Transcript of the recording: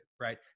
right